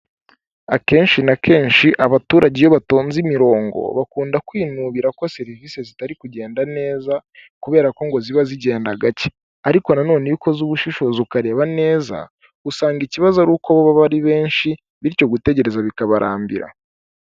Akenshi na kenshi abaturage iyo batonze imirongo bakunda kwinubira ko serivisi zitari kugenda neza, kubera ko ngo ziba zigenda gake, ariko na none iyo ukoze ubushishozi ukareba neza, usanga ikibazo ari uko bo baba ari benshi bityo gutegereza bikabarambira.